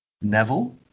Neville